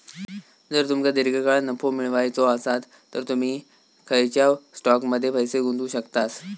जर तुमका दीर्घकाळ नफो मिळवायचो आसात तर तुम्ही खंयच्याव स्टॉकमध्ये पैसे गुंतवू शकतास